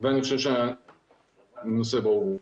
אני חושב שהנושא ברור.